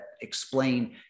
explain